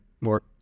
more